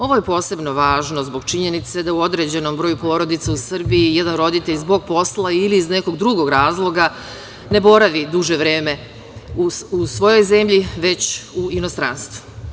Ovo je posebno važno zbog činjenice da u određenom broju porodica u Srbiji jedan roditelj u Srbiji zbog posla ili iz nekog drugog razloga ne boravi duže vreme u svojoj zemlji, već u inostranstvu.